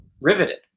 riveted